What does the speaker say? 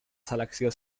selecció